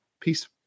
Peace